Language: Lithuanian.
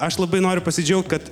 aš labai noriu pasidžiaugt kad